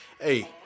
Hey